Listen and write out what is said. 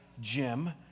Jim